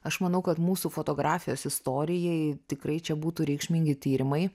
aš manau kad mūsų fotografijos istorijai tikrai čia būtų reikšmingi tyrimai